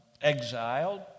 exiled